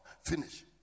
Finish